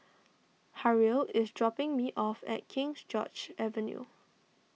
Harrell is dropping me off at King George's Avenue